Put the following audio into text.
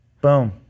Boom